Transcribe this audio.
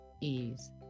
Ease